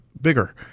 bigger